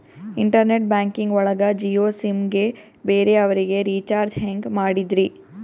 Internet banking ಒಳಗ Jio SIM ಗೆ ಬೇರೆ ಅವರಿಗೆ ರೀಚಾರ್ಜ್ ಹೆಂಗ್ ಮಾಡಿದ್ರಿ?